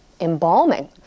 embalming